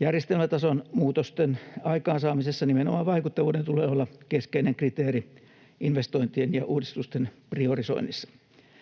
Järjestelmätason muutosten aikaansaamisessa nimenomaan vaikuttavuuden tulee olla keskeinen kriteeri investointien ja uudistusten priorisoinnissa.